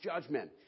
judgment